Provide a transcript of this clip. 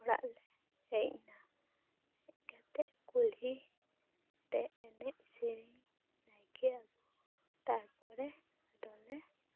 ᱚᱲᱟ ᱞᱮ ᱦᱮᱡ ᱮᱱᱟ ᱦᱮᱡ ᱠᱟᱛᱮ ᱠᱩᱞᱦᱤ ᱨᱮ ᱮᱱᱮᱡ ᱥᱮᱨᱮᱧ ᱱᱟᱭᱠᱮ ᱛᱟᱨ ᱯᱚᱨᱮ ᱫᱚᱞᱮ